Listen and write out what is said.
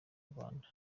rwanda